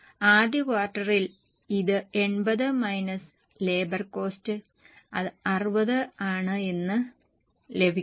ആദ്യ ക്വാർട്ടറിൽ ഇത് 80 മൈനസ് ലേബർ കോസ്റ്റ് അത് 60 ആണ് എന്ന് ലഭിക്കും